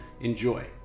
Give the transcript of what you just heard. Enjoy